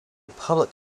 public